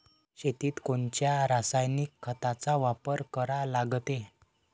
शेतीत कोनच्या रासायनिक खताचा वापर करा लागते?